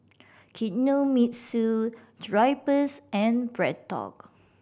Kinohimitsu Drypers and BreadTalk